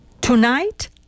Tonight